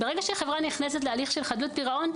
ברגע שחברה נכנסת להליך של חדלות פירעון,